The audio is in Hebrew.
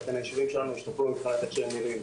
ואכן הישובים שלנו השתפרו באיך שהם נראים.